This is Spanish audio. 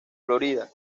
florida